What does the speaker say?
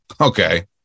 okay